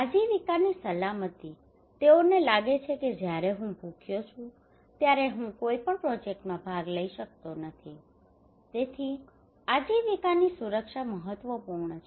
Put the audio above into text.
આજીવિકાની સલામતી તેઓને લાગે છે કે જ્યારે હું ભૂખ્યો છું ત્યારે હું કોઈ પણ પ્રોજેક્ટમાં ભાગ લઈ શકતો નથી તેથી આજીવિકાની સુરક્ષા મહત્વપૂર્ણ છે